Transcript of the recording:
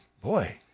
boy